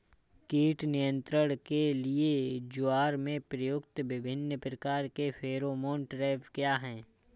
कीट नियंत्रण के लिए ज्वार में प्रयुक्त विभिन्न प्रकार के फेरोमोन ट्रैप क्या है?